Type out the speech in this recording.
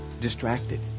distracted